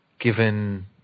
given